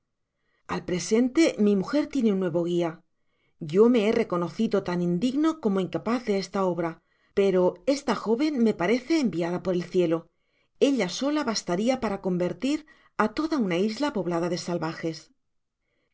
al presente mi mujer tiene un nuevo guia yo me he reconocido tan indigno como incapaz de esta obra pero esta jóven me parece enviada por el cielo ella sola bastarla para convertir á toda una isla poblada de salvajes